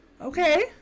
okay